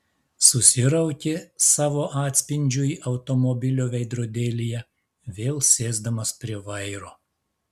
susiraukė savo atspindžiui automobilio veidrodėlyje vėl sėsdamas prie vairo